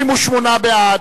38 בעד,